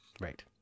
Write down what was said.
right